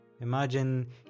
Imagine